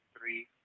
three